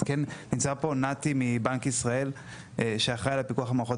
אז כן נמצא פה נתי מבנק ישראל שאחראי על פיקוח מערכות